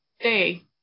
day